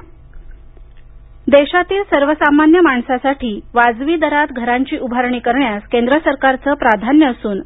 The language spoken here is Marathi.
लाईट हाऊस देशातील सर्वसामान्य माणसासाठी वाजवी दारात घरांची उभारणी करण्यास केंद्र सरकारचं प्राधान्य असून